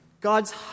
God's